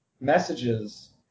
messages